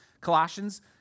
Colossians